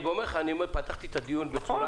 פתחתי את הדיון בצורה